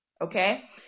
Okay